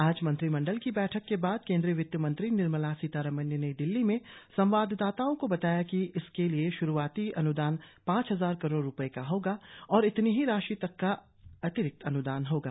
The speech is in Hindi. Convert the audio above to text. आज मंत्रिमंडल की बैठक के बाद केंद्रीय वित्त मंत्री निर्मला सीतारामन ने नई दिल्ली में संवाददाताओं को बताया कि इसके लिए श्रूआती अन्दान पांच हजार करोड़ रूपए का होगा और इतनी ही राशि तक का अतिरिक्त अन्दान होगा